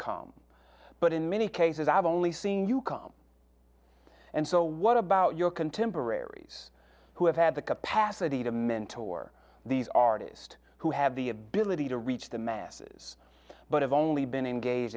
come but in many cases i've only seen you come and so what about your contemporaries who have had the capacity to mentor these artist who have the ability to reach the masses but have only been engaged